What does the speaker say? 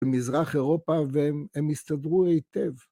במזרח אירופה והם הסתדרו היטב.